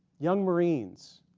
young marines,